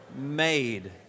made